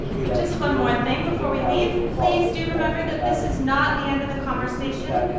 so just one more thing before we leave. please do remember that this is not the end of the conversation,